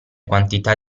quantità